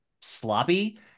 sloppy